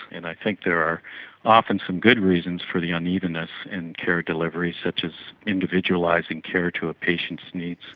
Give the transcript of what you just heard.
and i think there are often some good reasons for the unevenness in care delivery such as individualising care to a patient's needs.